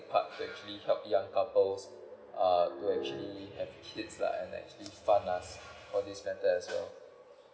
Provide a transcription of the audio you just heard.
part to actually help young couples to actually have kids !lah! and actually fund us for this matter as well